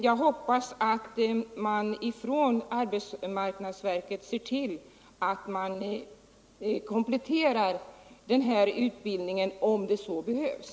Jag hoppas att arbetsmarknadsverket ser till att den här utbildningen utökas.